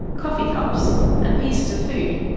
coffee cups and pieces of food.